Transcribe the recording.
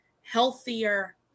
healthier